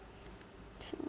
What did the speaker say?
so